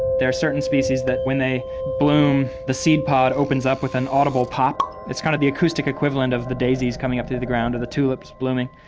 there are certain species that when they bloom, the seed pod opens up with an audible pop it's kind of the acoustic equivalent of the daisies coming up through the ground or the tulips blooming.